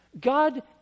God